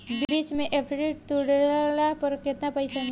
बीच मे एफ.डी तुड़ला पर केतना पईसा मिली?